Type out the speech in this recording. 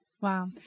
Wow